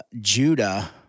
Judah